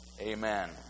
amen